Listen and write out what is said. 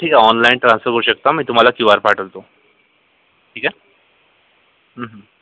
ठीक आहे online transfer करू शकता मी तुम्हाला क्यू आर पाठवतो ठीक आहे